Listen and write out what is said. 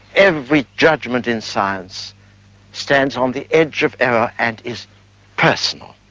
every judgement in science stands on the edge of error and is personal.